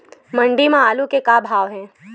मंडी म आलू के का भाव हे?